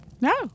No